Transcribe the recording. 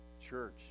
church